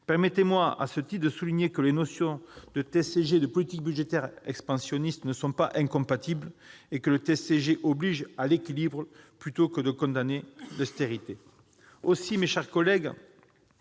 Permettez-moi, à ce titre, de souligner que les notions de TSCG et de politique budgétaire expansionniste ne sont pas incompatibles. Le TSCG oblige à l'équilibre ; il ne condamne pas à l'austérité.